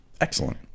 Excellent